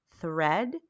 thread